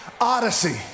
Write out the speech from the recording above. odyssey